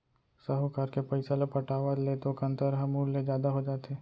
साहूकार के पइसा ल पटावत ले तो कंतर ह मूर ले जादा हो जाथे